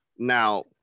Now